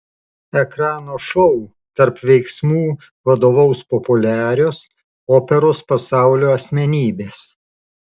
ekrano šou tarp veiksmų vadovaus populiarios operos pasaulio asmenybės